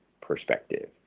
perspective